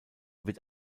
wird